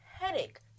headache